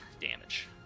damage